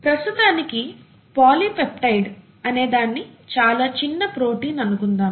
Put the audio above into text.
ప్రస్తుతానికి పోలీపెప్టైడ్ అనే దాన్ని చాలా చిన్న ప్రోటీన్ అనుకుందాం